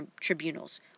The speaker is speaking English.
Tribunals